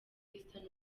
eastern